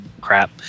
crap